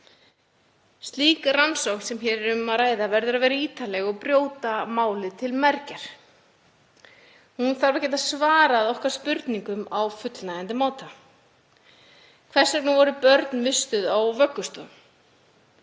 Slík rannsókn sem hér er um að ræða verður að vera ítarleg og brjóta málið til mergjar. Hún þarf að geta svarað spurningum okkar á fullnægjandi hátt. Hvers vegna voru börn vistuð á vöggustofum?